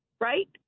right